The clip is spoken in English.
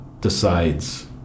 decides